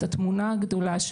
את התמונה הגדולה,